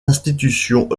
institutions